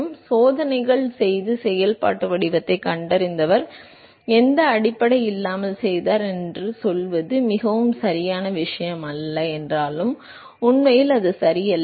எனவே சோதனைகள் செய்து செயல்பாட்டு வடிவத்தைக் கண்டறிந்தவர் எந்த அடிப்படையும் இல்லாமல் செய்தார் என்று சொல்வது மிகவும் சரியான விஷயம் அல்ல என்றாலும் உண்மையில் அது சரியல்ல